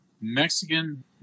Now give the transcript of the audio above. Mexican